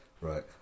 Right